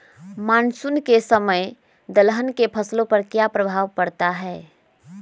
Monsoon के समय में दलहन फसलो पर क्या प्रभाव पड़ता हैँ?